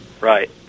Right